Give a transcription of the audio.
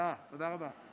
קארין אלהרר, בבקשה.